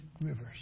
Rivers